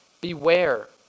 Beware